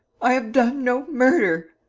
i have done no murder